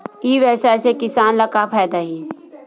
ई व्यवसाय से किसान ला का फ़ायदा हे?